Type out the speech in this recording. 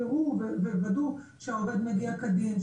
ייראו ויוודאו שהעובד מגיע כדין,